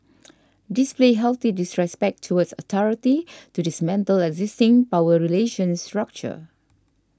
display healthy disrespect towards authority to dismantle existing power relations structure